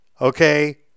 okay